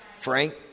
Frank